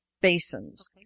basins